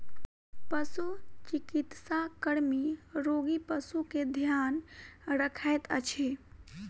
पशुचिकित्सा कर्मी रोगी पशु के ध्यान रखैत अछि